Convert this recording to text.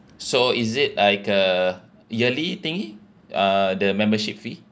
so is it like a yearly thing uh the membership fee